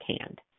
canned